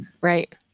right